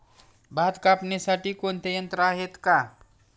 भात कापणीसाठी कोणते यंत्र आहेत का?